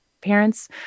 parents